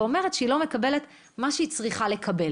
ואומרת שהיא לא מקבלת מה שהיא צריכה לקבל?